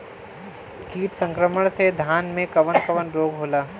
कीट संक्रमण से धान में कवन कवन रोग होला?